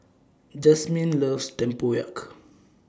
Jasmine loves Tempoyak